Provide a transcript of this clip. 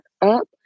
up